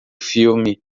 filme